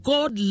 God